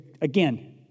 again